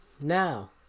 Now